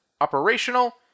operational